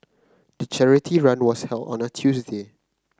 the charity run was held on a Tuesday